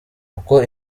uko